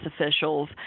officials